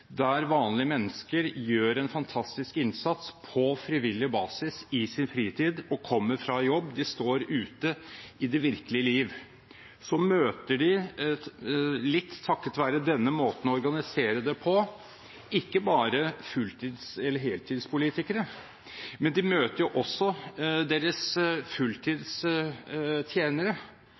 der vanlige mennesker gjør en fantastisk innsats på frivillig basis i sin fritid, og kommer fra jobb. De står ute i det virkelige liv. Så møter de – litt takket være denne måten å organisere det på – ikke bare heltidspolitikere, de møter også deres fulltidstjenere,